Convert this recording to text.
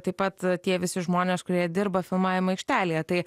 taip pat tie visi žmonės kurie dirba filmavimo aikštelėje tai